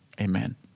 Amen